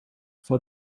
for